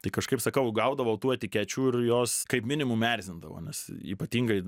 tai kažkaip sakau gaudavau tų etikečių ir jos kaip minimum erzindavo nes ypatingai